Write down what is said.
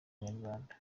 nyarwanda